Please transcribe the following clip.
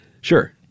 Sure